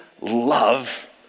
love